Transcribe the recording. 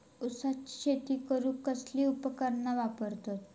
ऊसाची शेती करूक कसली उपकरणा वापरतत?